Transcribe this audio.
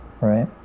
right